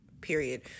Period